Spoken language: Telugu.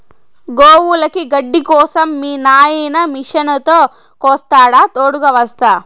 గోవులకి గడ్డి కోసం మీ నాయిన మిషనుతో కోస్తాడా తోడుగ వస్తా